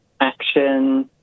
action